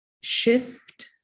shift